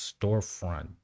storefront